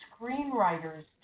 screenwriters